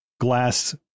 glass